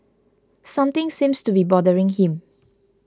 something seems to be bothering him